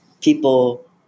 people